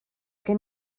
gen